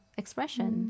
expression